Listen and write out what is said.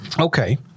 Okay